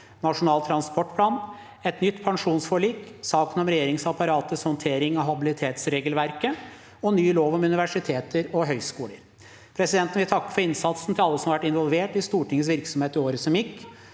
nasjonal transportplan, et nytt pensjonsforlik, saken om regjeringsapparatets håndtering av habilitetsregelverket og ny lov om universiteter og høyskoler. Presidenten vil takke for innsatsen til alle som har vært involvert i Stortingets virksomhet i året som gikk.